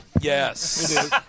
Yes